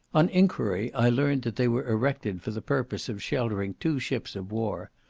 on enquiry i learnt that they were erected for the purpose of sheltering two ships of war.